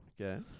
Okay